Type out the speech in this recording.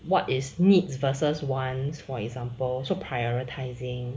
what is needs versus wants for example so prioritising